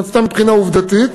סתם מבחינה עובדתית,